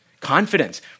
confidence